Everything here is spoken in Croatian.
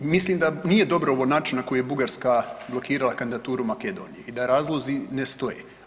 Mislim da nije dobro ovo način na koji je Bugarska blokirala kandidaturu Makedoniji i da razlozi ne stoje.